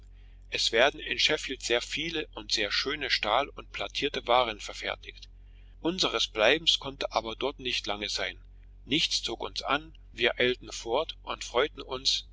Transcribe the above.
es werden in sheffield sehr viele und sehr schöne stahl und plattierte waren verfertigt unseres bleibens konnte aber dort nicht lange sein nichts zog uns an wir eilten fort und freuten uns